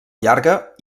llarga